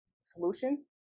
solution